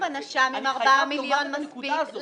אני חייב לומר את הנקודה הזאת.